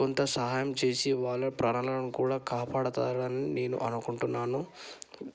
కొంత సహాయం చేసి వాళ్ళ ప్రాణాలను కూడా కాపాడతారని నేను అనుకుంటున్నాను